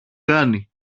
κάνει